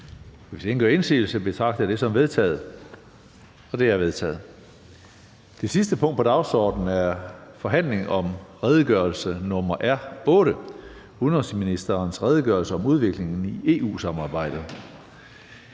Hvis ingen gør indsigelse, betragter jeg det som vedtaget. Det er vedtaget. --- Det sidste punkt på dagsordenen er: 9) Forhandling om redegørelse nr. R 8: Udenrigsministerens redegørelse om udviklingen i EU-samarbejdet.